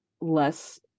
less